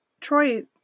Troy